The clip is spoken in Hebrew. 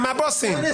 הם הבוסים.